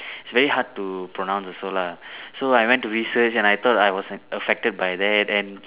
it's very hard to pronounce also lah so I went to research and I thought I was like affected by that and